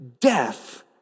Death